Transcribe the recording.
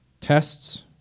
Tests